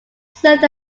served